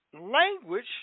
language